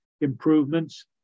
improvements